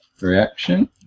reaction